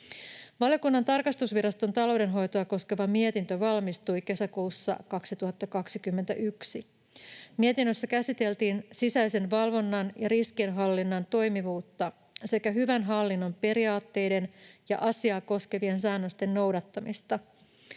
Valiokunnan tarkastusviraston taloudenhoitoa koskeva mietintö valmistui kesäkuussa 2021. Mietinnössä käsiteltiin sisäisen valvonnan ja riskienhallinnan toimivuutta sekä hyvän hallinnon periaatteiden ja asiaa koskevien säännösten noudattamista.